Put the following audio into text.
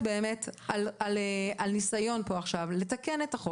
בניסיון לתקן את החוק.